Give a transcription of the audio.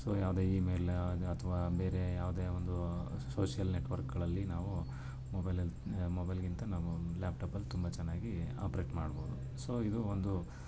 so ಯಾವುದೇ email ಅದು ಅಥ್ವಾ ಬೇರೇ ಯಾವುದೇ ಒಂದು ಸೋಶಿಯಲ್ ನೆಟ್ವರ್ಕ್ಗಳಲ್ಲಿ ನಾವು ಮೊಬೈಲಲ್ಲಿ ಮೊಬೈಲಿಗಿಂತ ನಾವು ಲ್ಯಾಪ್ಟಾಪಲ್ಲಿ ತುಂಬ ಚೆನ್ನಾಗಿ ಆಪ್ರೇಟ್ ಮಾಡ್ಬೋದು ಸೊ ಇದು ಒಂದು